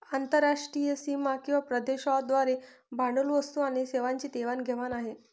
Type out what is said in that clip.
आंतरराष्ट्रीय सीमा किंवा प्रदेशांद्वारे भांडवल, वस्तू आणि सेवांची देवाण घेवाण आहे